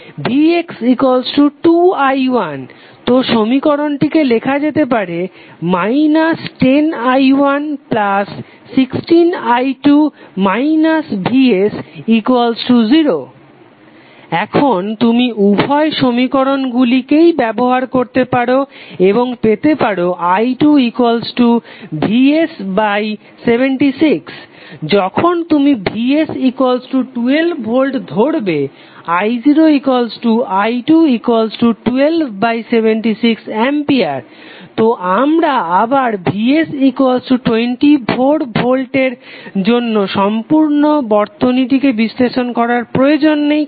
vx2i1 তো সমীকরণটিকে লেখা যেতে পারে 10i116i2 vs0 এবং তুমি উভয় সমীকরণ গুলি কেই ব্যবহার করতে পারো এবং পেতে পারো i2vs76 যখন তুমি vs12 V ধরবে I0i21276 A এখন তোমার আবার vs24 V এর জন্য সম্পূর্ণ বর্তনীটিকে বিশ্লেষণ করার প্রয়োজন নেই